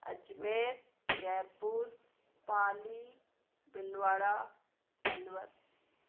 Ajmer Jaipur Pali Bhilwara Alwar